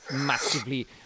massively